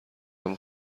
همه